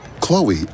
Chloe